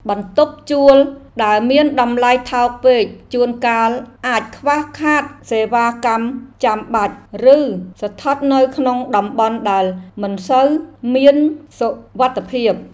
បន្ទប់ជួលដែលមានតម្លៃថោកពេកជួនកាលអាចខ្វះខាតសេវាកម្មចាំបាច់ ឬស្ថិតនៅក្នុងតំបន់ដែលមិនសូវមានសុវត្ថិភាព។